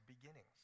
beginnings